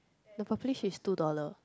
the purplish is two dollar